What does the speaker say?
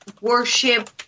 worship